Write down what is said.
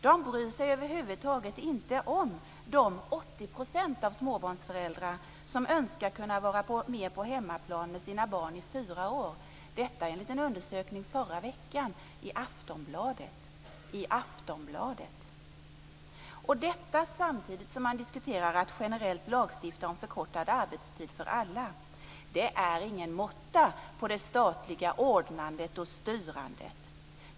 De bryr sig över huvud taget inte om de 80 % av småbarnsföräldrarna som önskar kunna vara mer på hemmaplan med sina barn i fyra år, detta enligt en undersökning förra veckan i Aftonbladet - i Aftonbladet! Samtidigt diskuterar man att generellt lagstifta om förkortad arbetstid för alla. Det är ingen måtta på det statliga ordnandet och styrandet.